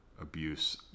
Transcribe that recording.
abuse